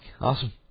awesome